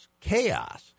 chaos